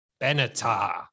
Benatar